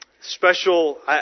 special